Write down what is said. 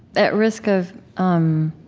at risk of um